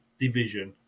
division